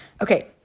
okay